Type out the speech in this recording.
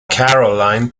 caroline